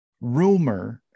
rumor